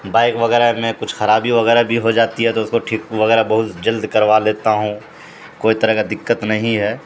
bike وغیرہ میں کچھ خرابی وغیرہ بھی ہو جاتی ہے تو اس کو ٹھیک وغیرہ بہت جلد کروا لیتا ہوں کوئی طرح کا دقت نہیں ہے